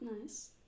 Nice